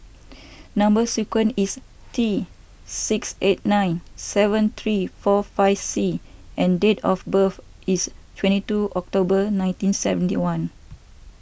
Number Sequence is T six eight nine seven three four five C and date of birth is twenty two October nineteen seventy one